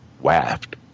waft